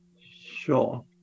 Sure